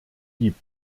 gibt